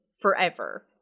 forever